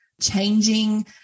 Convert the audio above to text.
changing